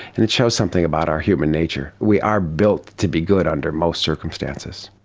and it shows something about our human nature. we are built to be good under most circumstances.